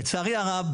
לצערי הרב,